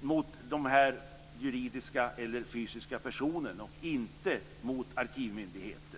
mot den juridiska eller fysiska personen och inte mot arkivmyndigheten.